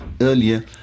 earlier